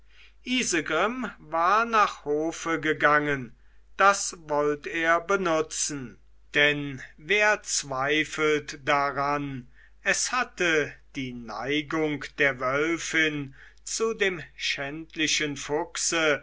war nach hofe gegangen das wollt er benutzen denn wer zweifelt daran es hatte die neigung der wölfin zu dem schändlichen fuchse